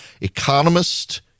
Economist